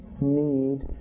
need